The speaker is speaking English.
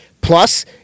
plus